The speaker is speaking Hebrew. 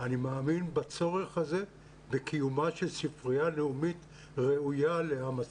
אני מאמין בצורך הזה של קיום ספרייה לאומית ראויה לעם הספר.